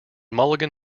mulligan